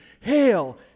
Hail